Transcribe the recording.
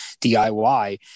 DIY